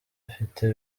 afite